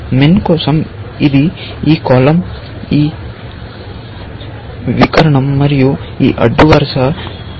MIN కోసం ఇది ఈ కాలమ్ ఈ వికర్ణం మరియు ఈ అడ్డు వరుస కాబట్టి MIN కోసం 3